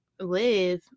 live